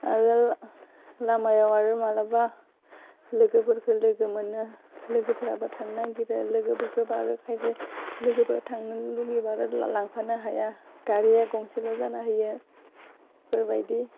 आरो लामायाव आरो मालाबा लोगोफोरखौ लोगो मोनो लोगोफोराबो थांनो नागिरो लोगोफोरखौबो आरो खायसे लोगोफोरा थांनो लुबैबा लांफानो हाया गारिया गंसेल' जाना होयो बेफोरबायदि